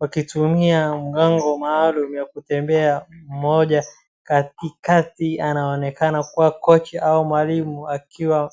Wakitumia mgango maalum wa kutembea mmoja katikati anaonekana kuwa kocha au mwalimu akiwa.